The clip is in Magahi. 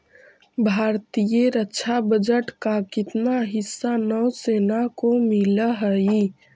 भारतीय रक्षा बजट का कितना हिस्सा नौसेना को मिलअ हई